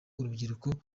urubyiruko